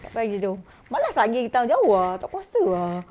tak payah pergi town malas ah nak pergi town jauh ah tak kuasa ah